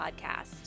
podcast